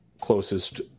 closest